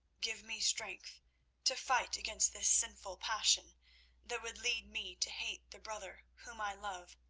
give me strength to fight against this sinful passion that would lead me to hate the brother whom i love.